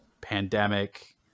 pandemic